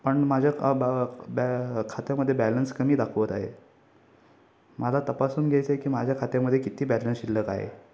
पण माझ्या बॅ बॅ खात्यामध्ये बॅलन्स कमी दाखवत आहे मला तपासून घ्यायचं आहे की माझ्या खात्यामध्ये किती बॅलन्स शिल्लक आहे